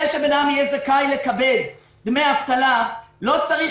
זה שבן אדם יהיה זכאי לקבל דמי אבטלה לא צריך